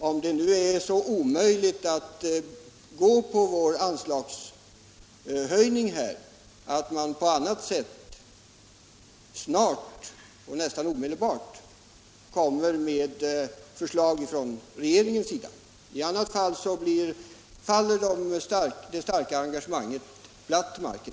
Om det nu är omöjligt att biträda vårt förslag om anslagshöjning vädjar jag till socialministern om att regeringen på annat sätt snart — helst omedelbart — lägger fram förslag, annars faller det starka engagemanget platt till marken.